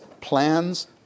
plans